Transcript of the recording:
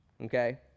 Okay